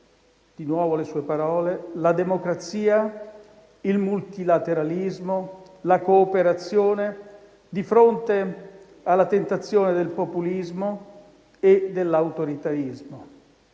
di nuovo le sue parole - la democrazia, il multilateralismo, la cooperazione di fronte alla tentazione del populismo e dell'autoritarismo,